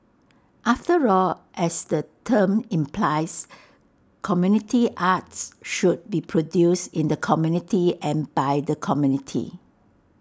after all as the term implies community arts should be produced in the community and by the community